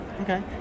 Okay